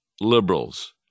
liberals